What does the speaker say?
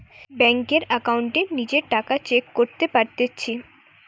বেংকের একাউন্টে নিজের টাকা চেক করতে পারতেছি